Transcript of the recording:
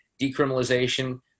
decriminalization